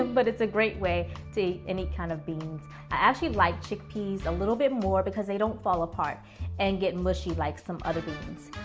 but it's a great way to eat any kind of beans. i actually like chickpeas a little bit more because they don't fall apart and get mushy like some other beans.